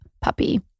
puppy